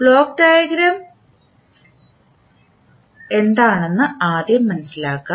block diagram എന്താണെന്ന് ആദ്യം മനസിലാക്കാം